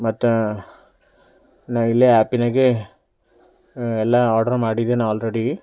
ಮತ್ತೆ ನಾವಿಲ್ಲಿ ಆ್ಯಪಿನಾಗೆ ಎಲ್ಲ ಆರ್ಡರು ಮಾಡಿದ್ದೇನೆ ಆಲ್ರೆಡಿ